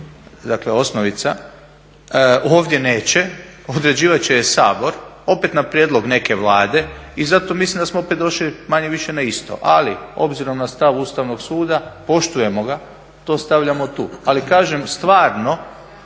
dakle osnovica. Ovdje neće, određivati će je Sabor opet na prijedlog neke Vlade. I zato mislim da smo opet došli manje-više na isto. Ali obzirom na stav Ustavnog suda poštujemo ga, to stavljamo tu. Ali kažem stvarno